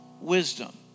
wisdom